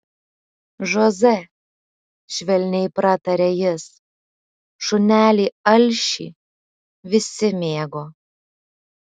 žoze švelniai prataria jis šunelį alšį visi mėgo